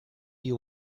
you